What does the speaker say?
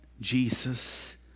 Jesus